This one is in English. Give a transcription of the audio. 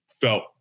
felt